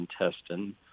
intestine